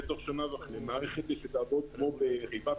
תוך שנה וחצי תהיה מערכת שתעבוד כמו בחיפה,